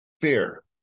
fear